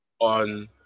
On